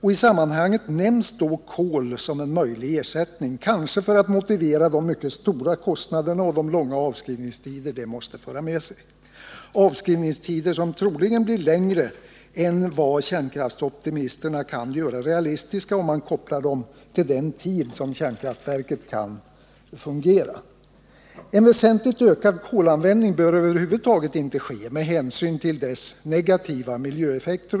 I sammanhanget nämns kol som en möjlig ersättning, kanske föratt motivera de mycket stora kostnaderna och de långa avskrivningstider detta måste föra med sig, avskrivningstider som troligen blir längre än vad kärnkraftsoptimisterna kan göra realistiska, om man kopplar dem till den tid som kärnkraftverket kan fungera. En väsentlig ökning av kolanvändningen bör över huvud taget inte ske med hänsyn till dess negativa miljöeffekter.